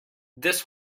this